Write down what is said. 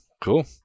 cool